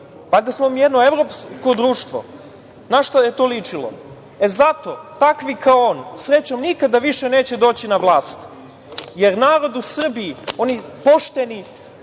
valjda smo mi jedno evropsko društvo? Na šta je to ličilo? Zato takvi kao on, srećom, nikada više neće doći na vlast, jer narod u Srbiji, oni pošteni